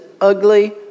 ugly